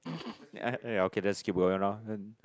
ya ya okay then jsut keep going round lor